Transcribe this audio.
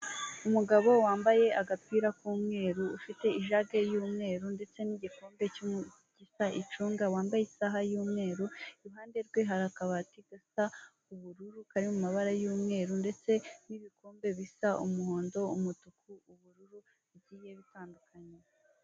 Umugabo wambaye agapira k'umweru, ufite ijage y'umweru ndetse n'igikombe gisa icunga wambaye isaha y'umweru, iruhande rwe hari akabati gasa ubururu kari mu mabara y'umweru ndetse n'ibikombe bisa umuhondo, umutuku, ubururu, bigiye bitandukanye.